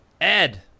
Ed